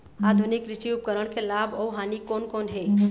आधुनिक कृषि उपकरण के लाभ अऊ हानि कोन कोन हे?